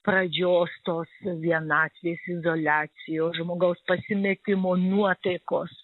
pradžios tos vienatvės izoliacijos žmogaus pasimetimo nuotaikos